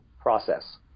process